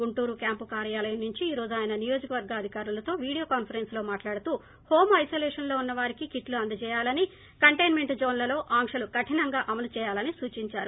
Guntur camp కార్యాలయం నుంచి ఈరోజు ఆయన నియోజకవర్గ అధికారులతో వీడియో కాన్సెరెన్స్ లో మాట్లాడుతూ హోమ్ ఐసొలేషన్ లో ఉన్న వారికి కిట్టు అందజేయాలని కంటైన్మెంట్ జోన్లలో ఆంక్షలు కరినంగా అమలు చేయాలని సూచించారు